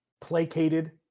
placated